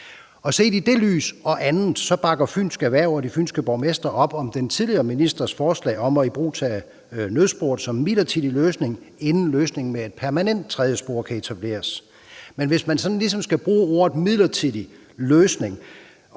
Set i det lys og andet bakker Fynsk Erhverv og de fynske borgmestre op om den tidligere ministers forslag om at ibrugtage nødsporet som midlertidig løsning, inden løsningen med et permanent tredje spor kan etableres. Men hvis man sådan ligesom skal bruge ordet midlertidig løsning